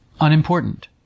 unimportant